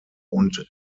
und